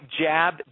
Jab